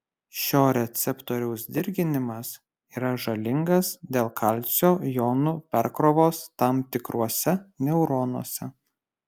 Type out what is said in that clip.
šio receptoriaus dirginimas yra žalingas dėl kalcio jonų perkrovos tam tikruose neuronuose